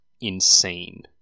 insane